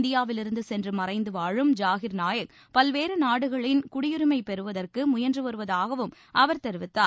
இந்தியாவிலிருந்து சென்று மறைந்து வாழும் ஜாகீர் நாயக் பல்வேறு நாடுகளின் குடியுரிமை பெறுவதற்கு முயன்று வருவதாகவும் அவர் தெரிவித்தார்